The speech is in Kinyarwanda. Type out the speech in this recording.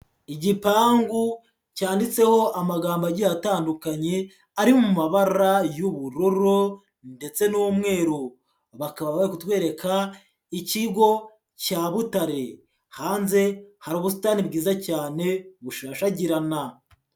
Igipangu cyanditseho amagambo agiye atandukanye ari mu mabara y'ubururu ndetse n'umweru, bakaba bari kutwereka ikigo cya Butare, hanze hari ubusitani bwiza cyane bushashagirana.